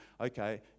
okay